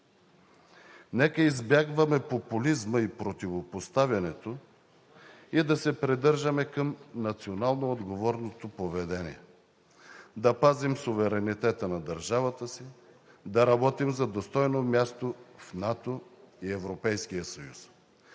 Нека да избягваме популизма, противопоставянето и да се придържаме към национално отговорното си поведение, да пазим суверенитета на държавата си, да работим за достойното си място в НАТО и Европейския съюз